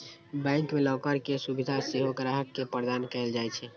bank मे locker के सुविधा सेहो ग्राहक के प्रदान कैल जाइ छै